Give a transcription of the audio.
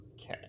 Okay